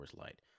Light